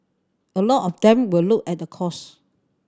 a lot of them will look at the cost